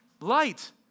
light